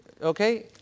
okay